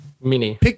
Mini